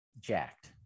jacked